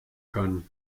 kann